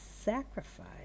sacrifice